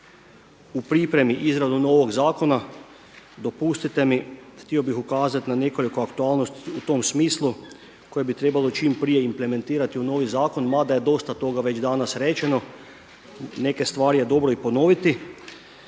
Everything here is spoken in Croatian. u pripremi izradu novog zakona dopustite mi, htio bih ukazati na nekoliko aktualnosti u tom smislu koje bi trebalo čim prije implementirati u novi zakon, mada je dosta toga već danas rečeno. Neke stvari je dobro i ponoviti.